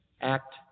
Act